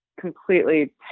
completely